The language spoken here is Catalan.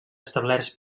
establerts